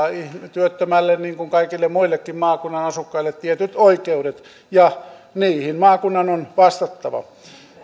työttömälle niin kuin kaikille muillekin maakunnan asukkaille tietyt oikeudet ja niihin maakunnan on vastattava